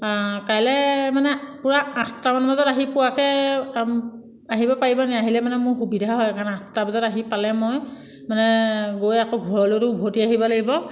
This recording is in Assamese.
কাইলৈ মানে পুৰা আঠটামান বজাত আহি পোৱাকৈ আহিব পাৰিবনে আহিলে মানে মোৰ সুবিধা হয় আঠটা বজাত আহি পালে মই মানে গৈ আকৌ ঘৰলৈটো উভতি আহিব লাগিব